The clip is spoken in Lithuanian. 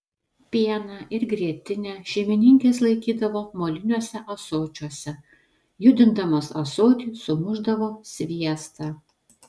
pieną ir grietinę šeimininkės laikydavo moliniuose ąsočiuose judindamos ąsotį sumušdavo sviestą